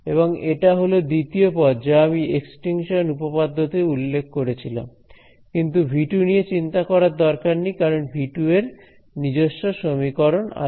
এবং এটা হল দ্বিতীয় পদ যা আমি এক্সটিংশন উপপাদ্য তে উল্লেখ করেছিলাম কিন্তু V 2 নিয়ে চিন্তা করার দরকার নেই কারণ V 2 এর নিজস্ব সমীকরণ আছে